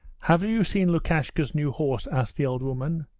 have you seen lukashka's new horse asked the old woman.